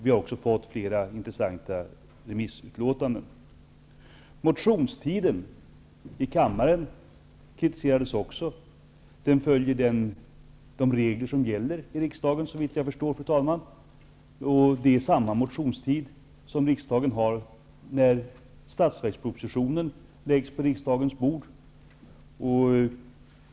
Vi har också fått flera intressanta remissutlåtanden. Motionstiden i kammaren kritiserades också. Den följer, såvitt jag förstår, de regler som gäller i kammaren, fru talman. Det är samma motionstid som riksdagen har när statsverkspropositionen läggs på riksdagens bord.